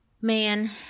Man